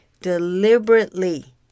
deliberately